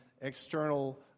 external